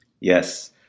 Yes